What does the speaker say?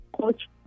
Coach